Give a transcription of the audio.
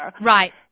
Right